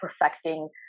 perfecting